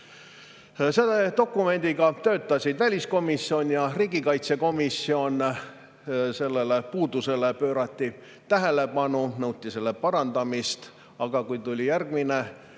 Selle dokumendiga töötasid väliskomisjon ja riigikaitsekomisjon. Sellele puudusele [juhiti] tähelepanu, nõuti selle parandamist. Aga kui valitsusest